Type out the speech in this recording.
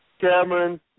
Cameron